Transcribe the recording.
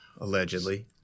allegedly